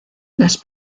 las